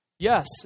Yes